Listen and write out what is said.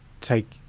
take